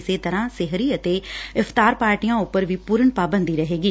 ਇਸੇ ਤਰਾਂ ਸੇਹਰੀ ਅਤੇ ਇਫ਼ਤਾਰ ਪਾਰਟੀਆਂ ਉਪਰ ਵੀ ਪੁਰਨ ਪਾਬੰਦੀ ਰਹੇਗੀ